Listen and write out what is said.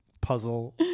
puzzle